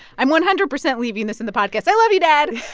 i'm one hundred percent leaving this in the podcast. i love you, dad